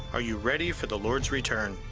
are you ready for the lord's return?